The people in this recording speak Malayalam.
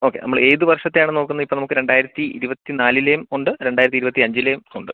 ഓക്കെ നമ്മൾ ഏത് വർഷത്തെയാണ് നോക്കുന്നത് ഇപ്പം നമുക്ക് രണ്ടായിരത്തി ഇരുപത്തി നാലിലേയും ഉണ്ട് രണ്ടായിരത്തി ഇരുപത്തി അഞ്ചിലേയും ഉണ്ട്